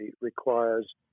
requires